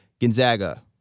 Gonzaga